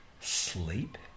Sleep